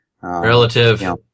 Relative